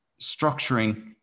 structuring